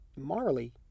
morally